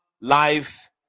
life